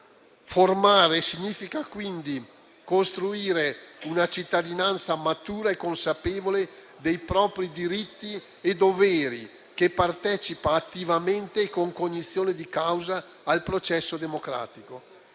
Formare significa quindi costruire una cittadinanza matura e consapevole dei propri diritti e doveri, che partecipa attivamente e con cognizione di causa al processo democratico,